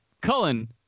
Cullen